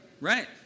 Right